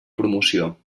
promoció